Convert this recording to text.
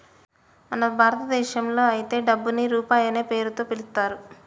మన భారతదేశంలో అయితే డబ్బుని రూపాయి అనే పేరుతో పిలుత్తారు